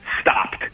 stopped